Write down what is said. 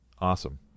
Awesome